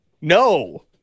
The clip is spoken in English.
No